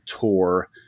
tour